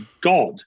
God